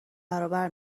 برابر